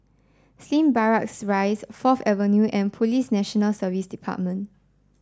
Slim Barracks Rise Fourth Avenue and Police National Service Department